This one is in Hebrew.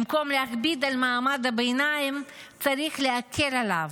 במקום להכביד על מעמד הביניים צריך להקל עליו,